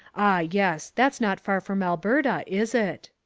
ah, yes that's not far from alberta, is it?